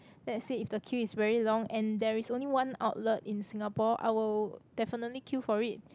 let's say if the queue is very long and there is only one outlet in Singapore I will definitely queue for it